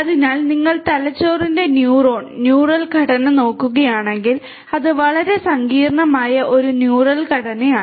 അതിനാൽ നിങ്ങൾ തലച്ചോറിന്റെ ന്യൂറോൺ ന്യൂറൽ ഘടന നോക്കുകയാണെങ്കിൽ അത് വളരെ സങ്കീർണമായ ഒരു ന്യൂറൽ ഘടനയാണ്